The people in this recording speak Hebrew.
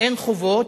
אין חובות,